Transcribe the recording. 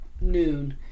noon